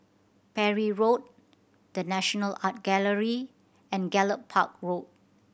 Parry Road The National Art Gallery and Gallop Park Road